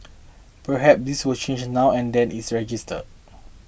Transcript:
perhaps this will change now and that it's registered